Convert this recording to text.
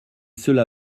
cela